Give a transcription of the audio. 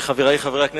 חברי חברי הכנסת,